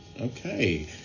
Okay